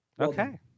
Okay